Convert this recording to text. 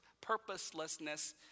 purposelessness